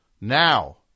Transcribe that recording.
Now